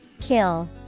Kill